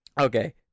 Okay